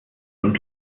und